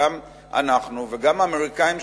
גם אנחנו וגם האמריקנים,